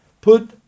Put